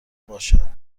باشد